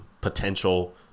potential